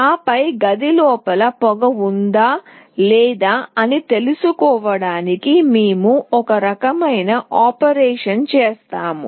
ఆపై గది లోపల పొగ ఉందా లేదా అని తెలుసుకోవడానికి మేము ఒకరకమైన ఆపరేషన్ చేస్తాము